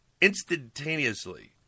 instantaneously